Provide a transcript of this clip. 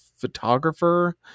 photographer